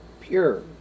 pure